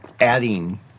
adding